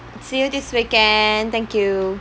see you this weekend thank you